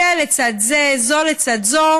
זה לצד זה, זו לצד זו